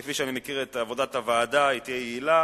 כפי שאני מכיר את עבודת הוועדה היא תהיה יעילה,